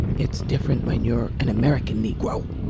it's different when you're an american negro